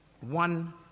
One